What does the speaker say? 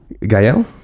Gael